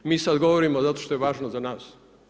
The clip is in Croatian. Mi sad govorimo zato što je važno za nas.